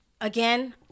again